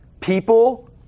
People